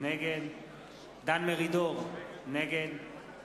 נגד דן מרידור, נגד